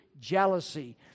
jealousy